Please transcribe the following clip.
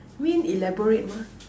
I mean elaborate mah